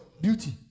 beauty